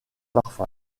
parfum